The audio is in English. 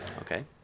okay